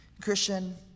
Christian